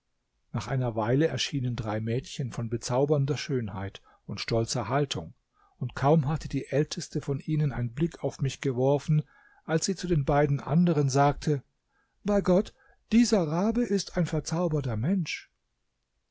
nach einer weile erschienen drei mädchen von bezaubernder schönheit und stolzer haltung und kaum hatte die älteste von ihnen einen blick auf mich geworfen als sie zu den beiden anderen sagte bei gott dieser rabe ist ein verzauberter mensch